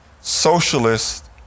socialist